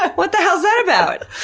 what the hell is that about?